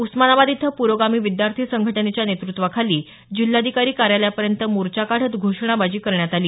उस्मानाबाद इथं प्रोगामी विद्यार्थी संघटनेच्या नेतृत्वाखाली जिल्हाधिकारी कार्यालयापर्यंत मोर्चा काढत घोषणाबाजी करण्यात आली